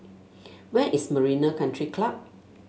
where is Marina Country Club